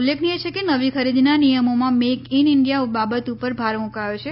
ઉલ્લેખનિય છે કે નવી ખરીદીના નિયમોમાં મેક ઈન ઈન્ડિયા બાબત ઉપર ભાર મુકાયો છે